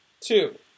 two